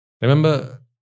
Remember